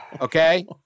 okay